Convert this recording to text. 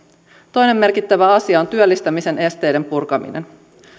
toinen merkittävä asia on työllistämisen esteiden purkaminen